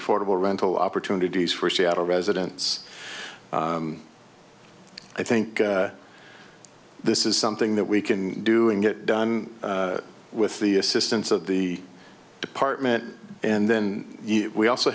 affordable rental opportunities for seattle residents i think this is something that we can do and get done with the assistance of the department and then we also